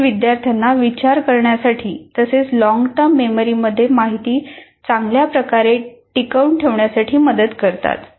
हे विद्यार्थ्यांना विचार करण्यासाठी तसेच लॉंग टर्म मेमरी मध्ये माहिती चांगल्या प्रकारे टिकवून ठेवण्यासाठी मदत करतात